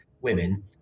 women